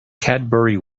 cadbury